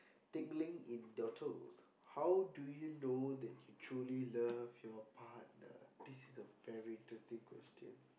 tickling in your toes how do you know that you truly love your partner this is a very interesting question